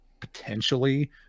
potentially